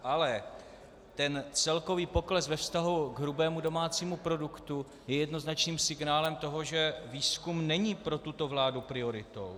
Ale celkový pokles ve vztahu k hrubému domácímu produktu je jednoznačným signálem toho, že výzkum není pro tuto vládu prioritou.